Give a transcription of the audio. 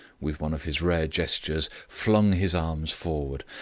with one of his rare gestures, flung his arms forward.